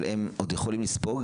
אבל הם עוד יכולים לספוג,